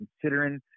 considering